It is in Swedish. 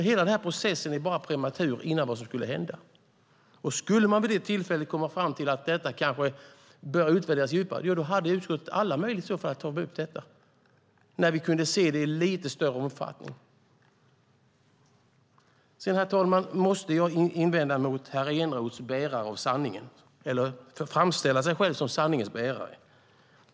Hela processen är bara prematur. Om man kommer fram till att detta bör utvärderas djupare har utskottet alla möjligheter att ta upp det när vi kan se det i lite större omfattning. Herr talman! Jag måste invända mot herr Enerots framställande av sig själv som sanningsbärare.